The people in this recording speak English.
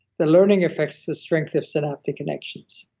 the learning affects the strength of synaptic connections.